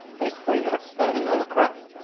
basically not spanning all across.